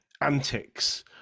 Antics